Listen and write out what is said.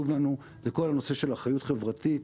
לנו זה כל הנושא של אחריות חברתית,